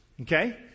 Okay